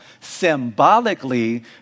symbolically